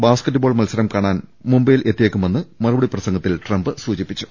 basketball മത്സരം കാണാൻ മുംബൈയിൽ എത്തി യേക്കുമെന്ന് മറുപടി പ്രസംഗത്തിൽ ട്രംപ്പ് സൂചിപ്പിച്ചു